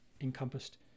encompassed